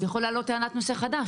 יכול להעלות טענת נושא חדש?